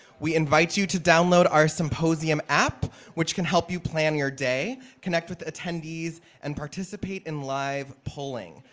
we invite you to download our symposium app which can help you plan your day, connect with attendees, and participate in live polling.